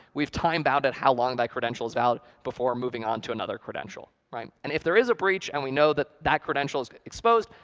we've time-bounded how long that credential's valid before moving on to another credential. credential. and if there is a breach, and we know that that credential's exposed,